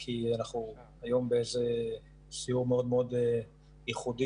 כי אנחנו היום בסיור מאוד-מאוד ייחודי